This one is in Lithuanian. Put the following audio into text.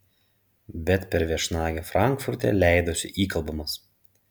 bet per viešnagę frankfurte leidosi įkalbamas